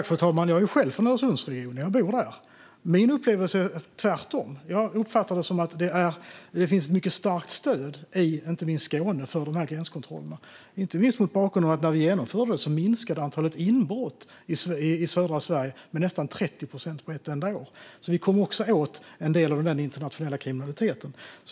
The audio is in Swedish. Fru talman! Jag är själv från Öresundsregionen - jag bor där. Min upplevelse är tvärtom. Jag uppfattar det som att det finns ett mycket starkt stöd, inte minst i Skåne, för dessa gränskontroller, inte minst mot bakgrund av att antalet inbrott i södra Sverige minskade med nästan 30 procent på ett enda år när vi genomförde detta. Vi kom alltså också åt en del av den internationella kriminaliteten.